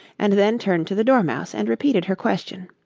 and then turned to the dormouse, and repeated her question.